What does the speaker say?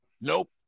Nope